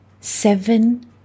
seven